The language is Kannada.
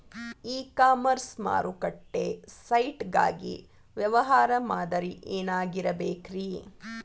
ಇ ಕಾಮರ್ಸ್ ಮಾರುಕಟ್ಟೆ ಸೈಟ್ ಗಾಗಿ ವ್ಯವಹಾರ ಮಾದರಿ ಏನಾಗಿರಬೇಕ್ರಿ?